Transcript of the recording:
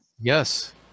Yes